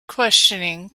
questioning